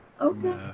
okay